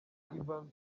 evans